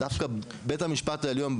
דווקא בית המשפט העליון,